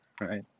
Right